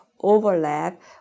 overlap